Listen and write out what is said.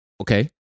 Okay